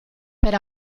per